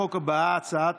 הצעת החוק הבאה, הצעת